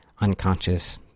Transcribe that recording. unconscious